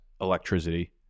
electricity